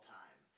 time